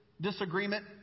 disagreement